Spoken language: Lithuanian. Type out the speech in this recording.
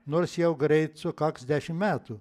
nors jau greit sukaks dešim metų